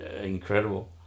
incredible